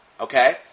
Okay